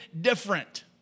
different